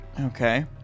Okay